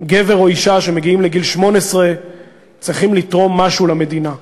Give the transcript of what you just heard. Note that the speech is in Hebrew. גבר או אישה שמגיעים לגיל 18 צריכים לתרום משהו למדינה.